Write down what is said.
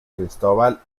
cristóbal